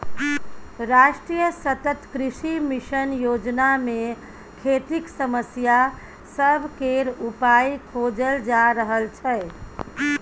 राष्ट्रीय सतत कृषि मिशन योजना मे खेतीक समस्या सब केर उपाइ खोजल जा रहल छै